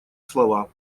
слова